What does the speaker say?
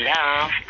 Love